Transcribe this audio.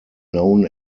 known